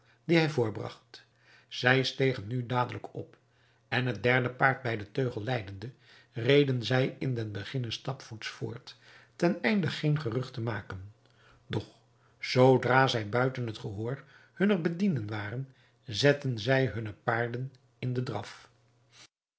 die hij voorbragt zij stegen nu dadelijk op en het derde paard bij den teugel leidende reden zij in den beginne stapvoets voort ten einde geen gerucht te maken doch zoodra zij buiten het gehoor hunner bedienden waren zetten zij hunne paarden in den draf